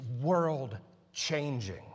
world-changing